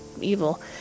evil